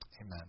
Amen